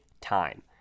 time